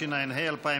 התשע"ה 2015,